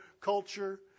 culture